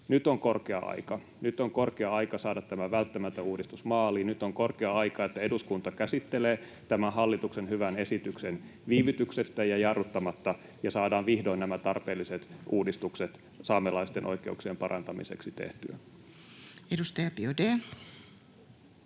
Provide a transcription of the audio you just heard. Nyt on korkea aika saada tämä välttämätön uudistus maaliin, nyt on korkea aika, että eduskunta käsittelee tämän hallituksen hyvän esityksen viivytyksettä ja jarruttamatta ja saadaan vihdoin nämä tarpeelliset uudistukset saamelaisten oikeuksien parantamiseksi tehtyä. [Speech 5]